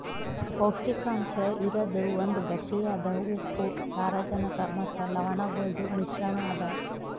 ಪೌಷ್ಟಿಕಾಂಶ ಇರದ್ ಒಂದ್ ಗಟ್ಟಿಯಾದ ಉಪ್ಪು, ಸಾರಜನಕ ಮತ್ತ ಲವಣಗೊಳ್ದು ಮಿಶ್ರಣ ಅದಾ